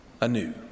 anew